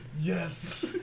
yes